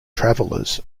travellers